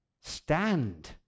Stand